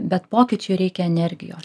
bet pokyčiui reikia energijos